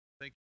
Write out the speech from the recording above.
thank